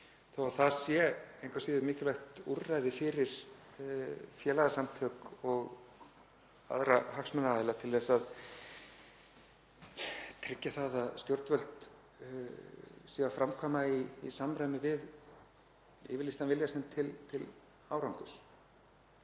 þó að það sé engu að síður mikilvægt úrræði fyrir félagasamtök og aðra hagsmunaaðila til að tryggja að stjórnvöld séu að framkvæma í samræmi við yfirlýstan vilja sinn til árangurs.